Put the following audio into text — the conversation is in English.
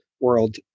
world